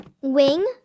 Wing